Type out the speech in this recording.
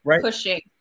pushing